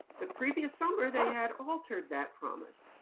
the previous summer, they had altered that promise.